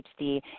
HD